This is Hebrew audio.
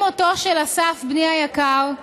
עם מותו של אסף, בני היקר,